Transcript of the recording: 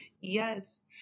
Yes